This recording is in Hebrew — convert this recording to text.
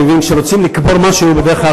אני מבין שכשרוצים לקבור משהו בדרך כלל